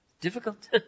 Difficult